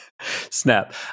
Snap